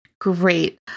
Great